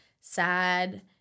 sad